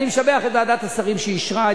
אני משבח את ועדת השרים שאישרה,